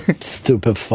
Stupid